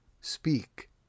Speak